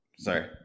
Sorry